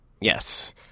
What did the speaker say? Yes